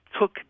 took